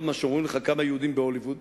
מה שאומרים לך כמה יהודים בהוליווד